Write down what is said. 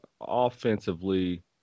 offensively